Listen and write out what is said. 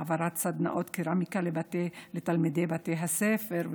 העברת סדנאות קרמיקה לתלמידי בתי הספר,